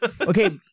okay